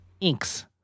inks